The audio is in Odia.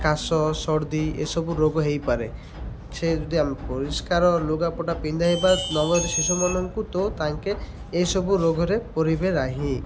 କାଶ ସର୍ଦ୍ଦି ଏସବୁ ରୋଗ ହେଇପାରେ ସେ ଯଦି ଆମ ପରିଷ୍କାର ଲୁଗାପଟା ପିନ୍ଧାଇବା ନବଜାତ ଶିଶୁମାନଙ୍କୁ ତ ତାଙ୍କେ ଏସବୁ ରୋଗରେ ପଡ଼ିବେ ନାହିଁ